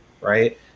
right